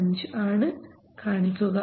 5 ആണ് കാണിക്കുക